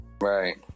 Right